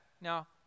now